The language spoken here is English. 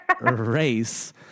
race